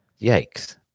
Yikes